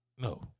No